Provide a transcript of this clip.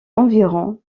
environ